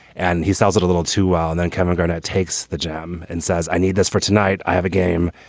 and he sells it a little, too. ah and then kevin garnett takes the jam and says, i need this for tonight. i have a game.